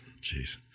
Jeez